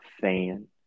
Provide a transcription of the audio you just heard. fan